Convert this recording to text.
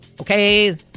okay